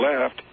left